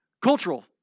Cultural